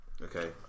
Okay